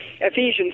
Ephesians